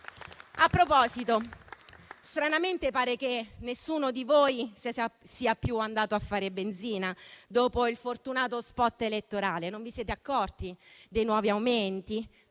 A proposito, stranamente pare che nessuno di voi sia più andato a fare benzina, dopo il fortunato *spot* elettorale: non vi siete accorti dei nuovi aumenti?